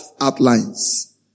outlines